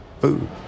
food